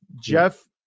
Jeff